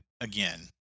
again